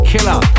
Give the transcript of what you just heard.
Killer